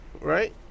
Right